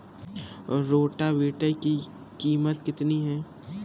Rotavator की कीमत कितनी है?